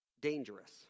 dangerous